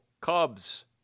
Cubs